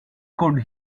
could